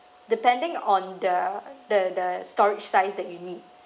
depending on the the the storage size that you need